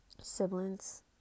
Siblings